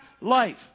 life